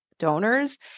Donors